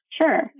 Sure